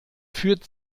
führt